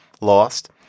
lost